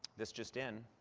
this just in